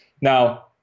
Now